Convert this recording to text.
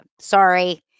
sorry